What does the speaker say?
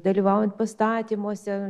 dalyvaujant pastatymuose